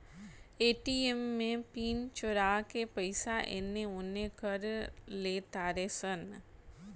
ATM में pin चोरा के पईसा एने ओने कर लेतारे सन